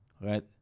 right